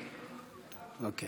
אדוני